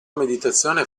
meditazione